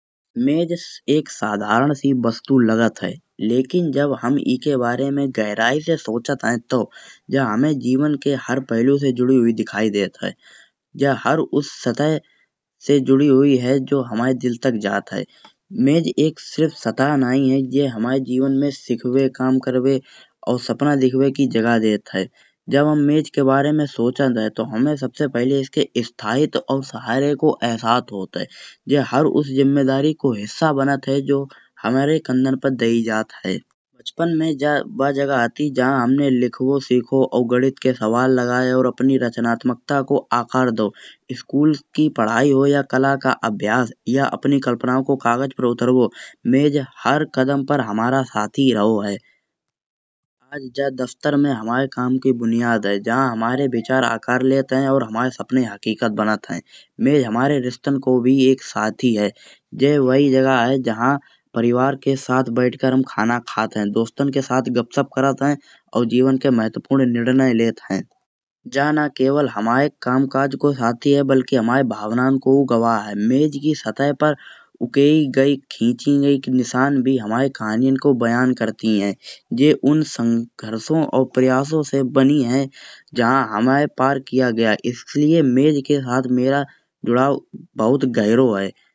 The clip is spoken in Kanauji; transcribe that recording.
मेज़ एक साधारण सी वस्तु लगत है। लेकिन हम जब ईके बारे में गहराई से सोचत हैं तो जइ हमें जीवन के हर पहलू से जुड़ी हुई दिखायी देत है। जइ हर उस सतह से जुड़ी हुई है जो हमारे दिल तक जात है, मेज़ सिर्फ एक सतह नाहीं है। ये हमारे जीवन में सिखवे, काम करवे और सपना देखवे की जगह देत है। जब हम मेज़ के बारे में सोचत हैं तो हमें सबसे पहले इसके स्थापित और सहारे को एहसास होत है। जो हर उस ज़िम्मेदारी को हिस्सा बनत है जो हमारे काँधों को दए जात है। बचपन में जइ ब जगह होती जहाँ हमने लिखवो सिखो, गड़ित के सवाल लगाए और अपनी रचनात्मकता को आकार दओ। स्कूल की पढ़ाई हो या कला का अभ्यास या अपनी कल्पनाओ को कागज़ पर उतारवो, मेज़ हर कदम पर हमारा साथी रहो है। आज जइ दफ्तर में हमारे काम की बुनियाद है जहाँ हमारे विचार आकार लेत हैं। और हमारे सपने हक़ीक़त बनत है, मेज़ हमारे रिश्तन को भी एक साथी है। ये वही जगह है जहाँ हम परिवार के साथ बैठकर खाना खात हैं। दोस्तन के साथ गपशप करत हैं और जीवन के महत्वपुर्ण निर्णय लेत हैं। जहाँ ना केवल हमारे काम-काज को साथी बल्कि हमारे भावनाओं को गवाह है। मेज़ की सतह पर उखाई गई, खिंची गई के निशान भी हमारे कहानियाँ को बयाँ करती हैं। जइ उन संघर्षो और प्रयासो से बनी है, जहाँ हमें पार किया गया है इसलिए मेज़ के साथ मेरा जुड़ाओ बहुत गहर है।